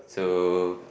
so